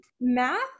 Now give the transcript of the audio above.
Math